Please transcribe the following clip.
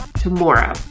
tomorrow